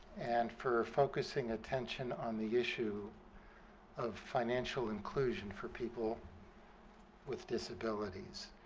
and for focusing attention on the issue of financial inclusion for people with disabilities.